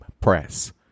press